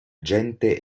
gente